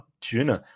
tune